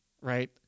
right